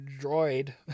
droid